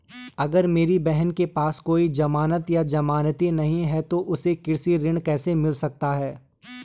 अगर मेरी बहन के पास कोई जमानत या जमानती नहीं है तो उसे कृषि ऋण कैसे मिल सकता है?